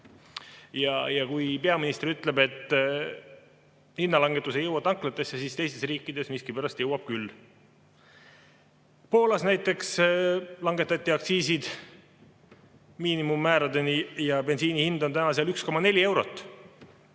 Peaminister ütleb, et hinnalangetus ei jõua tanklatesse, aga teistes riikides miskipärast jõuab küll. Poolas näiteks langetati aktsiisid miinimummääradeni ja bensiini hind on seal 1,4 eurot.